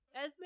Esme